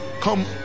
come